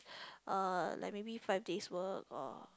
uh like maybe five days work or